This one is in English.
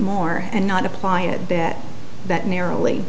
more and not apply it that that narrowly